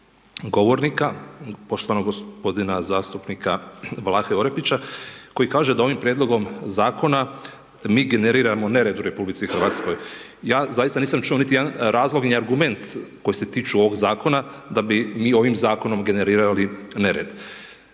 govornika, poštovanog g. zastupnika Vlahe Orepića koji kaže da ovim prijedlogom zakona mi generiramo nered u RH. Ja zaista nisam čuo niti jedan razlog ni argument koji se tiču ovog zakona da bi mi ovim zakonom generirali nered.